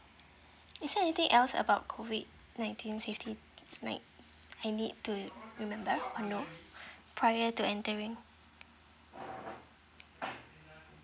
is there anything else about COVID nineteen safety like I need to remember or note prior to entering